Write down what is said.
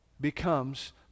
becomes